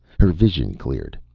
her vision cleared.